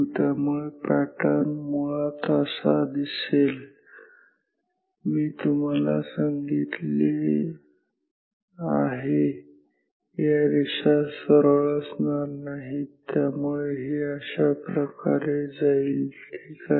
त्यामुळे पॅटर्न मुळात असा दिसेल मी तुम्हाला सांगितले आहे या रेषा सरळ असणार नाहीत त्यामुळे हे अशाप्रकारे जाईल ठीक आहे